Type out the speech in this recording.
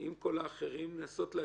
עם כל האחרים, למשהו.